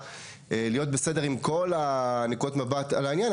להיות בסדר עם כל נקודות המבט על העניין,